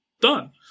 done